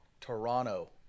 Toronto